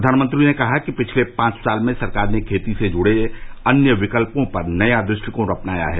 प्रधानमंत्री ने कहा कि पिछले पांच साल में सरकार ने खेती से जुड़े अन्य विकल्पों पर नया द्रष्टिकोण अपनाया है